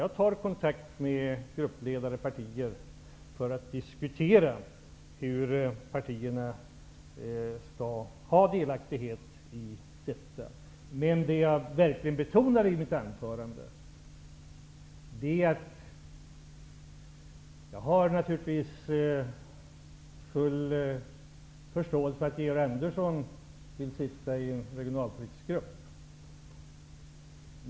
Jag tar kontakt med partier och gruppledare för att diskutera hur partierna skall bli delaktiga i detta arbete. I mitt anförande betonade jag att jag naturligtvis har full förståelse för att Georg Andersson vill sitta i en regionalpolitisk grupp.